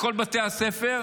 לכל בתי הספר,